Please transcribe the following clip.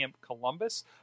Columbus